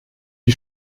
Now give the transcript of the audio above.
die